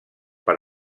per